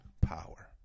Power